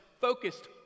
focused